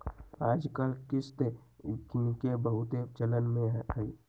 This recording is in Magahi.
याजकाल किस्त किनेके बहुते चलन में हइ